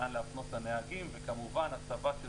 לאן להפנות את הנהגים וכמובן הסבה של